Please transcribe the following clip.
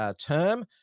term